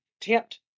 tempt